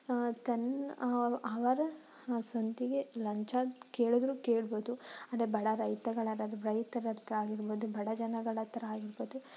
ತನ್ನ ಅವರ ಸ್ವಂತಿಗೆ ಲಂಚ ಕೇಳಿದರೂ ಕೇಳ್ಬೋದು ಆದರೆ ಬಡ ರೈತಗಳ ರೈತರ ಹತ್ರ ಆಗಿರ್ಬೋದು ಬಡ ಜನಗಳ ಹತ್ರ ಆಗಿರ್ಬೋದು